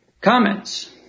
Comments